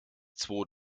zwo